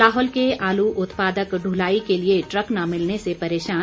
लाहौल के आलू उत्पादक ढुलाई के लिए ट्रक न मिलने से परेशान